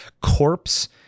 corpse